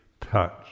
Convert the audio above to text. touch